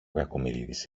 κακομοιρίδης